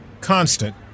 constant